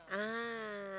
ah